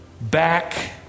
back